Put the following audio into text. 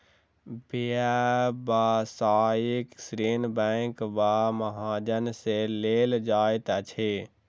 व्यवसायिक ऋण बैंक वा महाजन सॅ लेल जाइत अछि